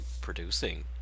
producing